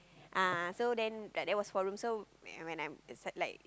ah so then that there were four room so when I am it's that like